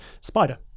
Spider